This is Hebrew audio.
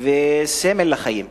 וסמל לחיים,